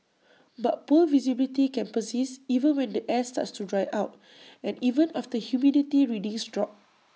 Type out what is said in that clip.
but poor visibility can persist even when the air starts to dry out and even after humidity readings drop